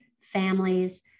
families